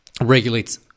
regulates